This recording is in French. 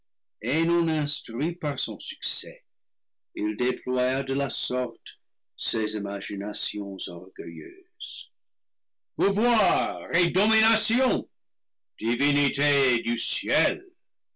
et non instruit par son succès il déploya de la sorte ses imaginations orgueilleuses pouvoirs et dominations divinités du ciel